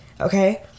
okay